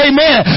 Amen